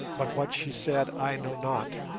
but what she said i know not.